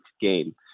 game